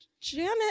Janet